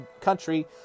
country